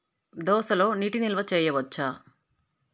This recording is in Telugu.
దోసలో నీటి నిల్వ చేయవచ్చా?